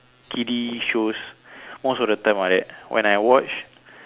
kiddy shows most of the time ah that when I watch